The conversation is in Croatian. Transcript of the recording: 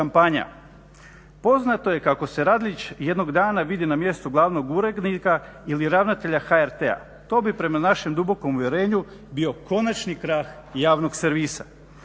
Poznato je kako se Radeljić jednog dana vidi na mjestu glavnog urednika ili ravnatelja HRT-a. To bi prema našem dubokom uvjerenju bio konačni krah javnog servisa.